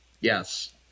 Yes